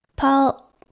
Paul